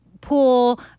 pool